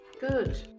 good